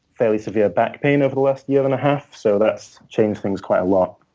fairly severe back pain over the last year and a half, so that's changed things quite a lot.